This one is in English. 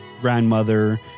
grandmother